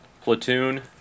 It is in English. Platoon